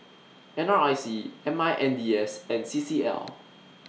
N R I C M I N D S and C C L